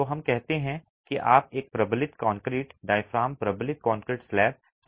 तो हम कहते हैं कि आप एक प्रबलित कंक्रीट डायाफ्राम प्रबलित कंक्रीट स्लैब सही है